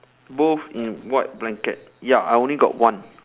both in white blanket ya I only got one